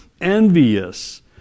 envious